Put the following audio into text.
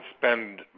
spend